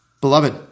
Beloved